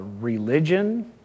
religion